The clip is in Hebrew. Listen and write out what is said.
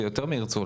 ויותר ירצו,